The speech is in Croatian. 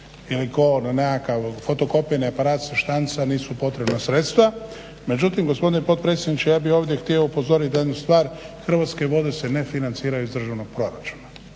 ili ko onaj nekakav fotokopirni aparat se štanca, nisu potrebna sredstva. Međutim, gospodine potpredsjedniče ja bi ovdje htio upozoriti na jednu stvar, Hrvatske vode se ne financiraju iz državnog proračuna,